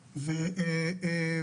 לרעם.